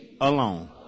alone